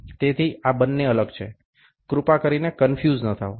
તેથી આ બંને અલગ છે કૃપા કરીને કન્ફ્યુઝ ન થાઓ